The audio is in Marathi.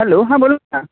हॅलो हा बोला ना